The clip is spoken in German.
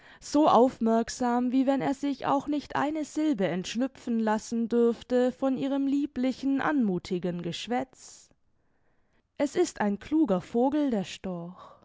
so aufmerksam wie wenn er sich auch nicht eine silbe entschlüpfen lassen dürfte von ihrem lieblichen anmuthigen geschwätz es ist ein kluger vogel der storch